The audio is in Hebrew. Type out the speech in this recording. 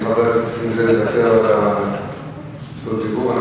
אם חבר הכנסת זאב יוותר על זכות הדיבור,